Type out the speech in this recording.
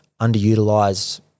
underutilized